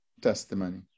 testimony